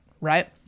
right